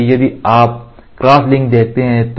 इसलिए यदि आप क्रॉसलिंक देखते हैं